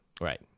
Right